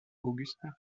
augustin